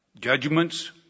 judgments